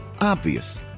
obvious